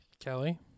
kelly